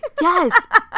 yes